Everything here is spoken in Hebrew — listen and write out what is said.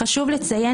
חשוב לציין,